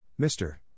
Mr